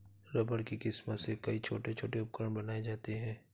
rubber की किस्मों से कई छोटे छोटे उपकरण बनाये जाते हैं